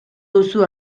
duzu